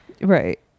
right